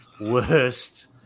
worst